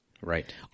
Right